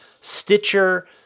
Stitcher